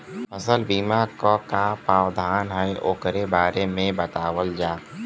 फसल बीमा क का प्रावधान हैं वोकरे बारे में बतावल जा?